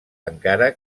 encara